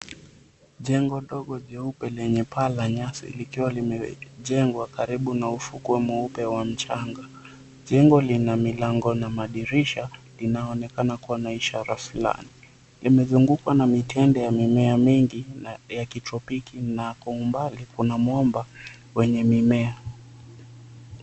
Jengo dogo jeupe lenye paa la nyasi likiwa limejengwa karibu na ufukwe mweupe wa mchanga. Jengo lina milango na madirisha linaonekana kuwa na ishara fulani, imezungukwa na mitende ya mimea mingi ya kitropiki na kwa umbali kuna mwamba wenye mimea.